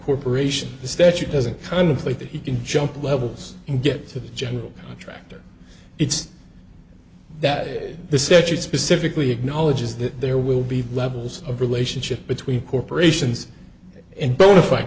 corporation the statute doesn't contemplate that he can jump levels and get to the general attractor it's that the statute specifically acknowledges that there will be levels of relationship between corporations and bonafide